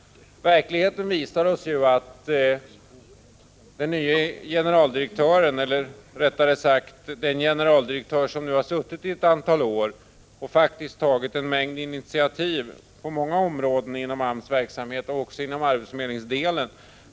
Verkligheten visar oss att den generaldirektör som nu har suttit i ett antal år faktiskt har tagit en mängd initiativ på många områden inom AMS-verksamheten och även inom arbetsförmedlingsdelen.